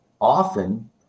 often